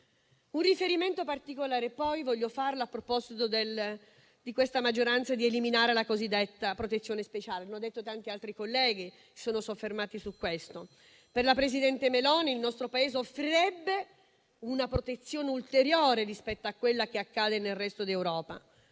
Un riferimento particolare poi voglio fare a proposito dell'eliminazione della cosiddetta protezione speciale. Tanti altri colleghi si sono soffermati sul punto. Per il presidente Meloni il nostro Paese offrirebbe una protezione ulteriore rispetto a ciò che accade nel resto d'Europa.